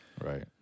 right